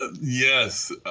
Yes